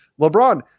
LeBron